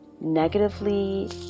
negatively